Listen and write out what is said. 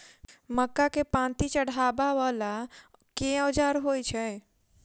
मक्का केँ पांति चढ़ाबा वला केँ औजार होइ छैय?